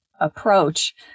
approach